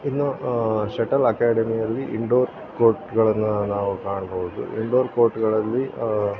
ಇನ್ನು ಶೆಟಲ್ ಅಕ್ಯಾಡೆಮಿಯಲ್ಲಿ ಇಂಡೋರ್ ಕೋರ್ಟ್ಗಳನ್ನು ನಾವು ಕಾಣ್ಬೌದು ಇಂಡೋರ್ ಕೋರ್ಟ್ಗಳಲ್ಲಿ